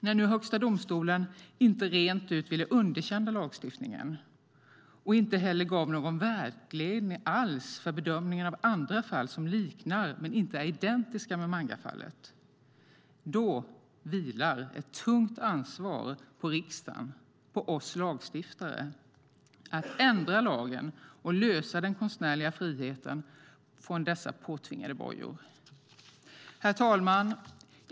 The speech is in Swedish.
När nu Högsta domstolen inte rent ut ville underkänna lagstiftningen, och inte heller gav någon vägledning alls för bedömningen av andra fall som liknar men inte är identiska med mangafallet, vilar ett tungt ansvar på riksdagen, på oss lagstiftare, att ändra lagen och lösa den konstnärliga friheten från dessa påtvingande bojor. Herr talman!